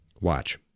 Watch